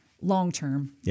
long-term